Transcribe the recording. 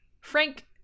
Frank